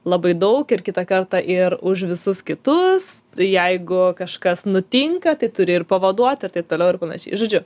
labai daug ir kitą kartą ir už visus kitus jeigu kažkas nutinka tai turi ir pavaduot ir taip toliau ir panašiai žodžiu